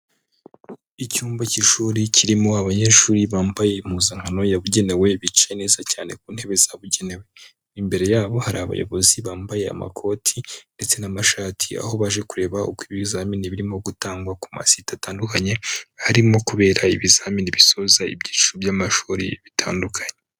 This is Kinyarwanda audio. Icyumba cy'ishuri kirimo abanyeshuri bambaye impuzankano yabugenewe bicaye neza cyane ku ntebe zabugenewe, imbere yabo hari abayobozi bambaye amakoti ndetse n'amashati aho baje kureba uko ibizamini birimo gutangwa ku masite atandukanye harimo kubera ibizamini bisoza ibyiciro by'amashuri bitandukanye.